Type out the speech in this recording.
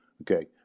Okay